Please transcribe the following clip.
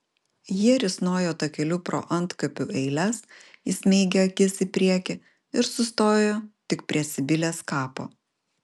jie risnojo takeliu pro antkapių eiles įsmeigę akis į priekį ir sustojo tik prie sibilės kapo